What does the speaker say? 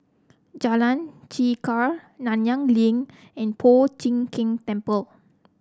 Jalan Chegar Nanyang Link and Po Chiak Keng Temple